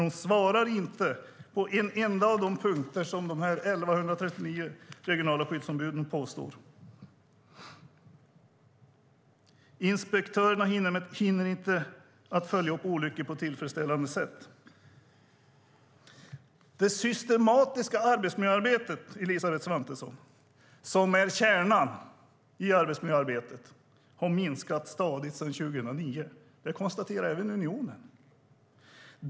Hon svarar inte på en enda av de punkter som de 1 139 regionala skyddsombuden tar upp. Inspektörerna hinner inte följa upp olyckor på tillfredsställande sätt. Det systematiska arbetsmiljöarbetet, som är kärnan i arbetsmiljöarbetet, har minskat stadigt sedan 2009. Det konstaterar även Unionen.